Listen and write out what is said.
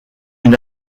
une